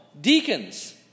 deacons